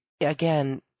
again